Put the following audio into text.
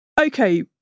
Okay